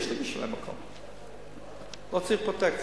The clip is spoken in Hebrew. יש לי בשבילם מקום, לא צריך פרוטקציה.